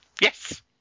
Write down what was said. Yes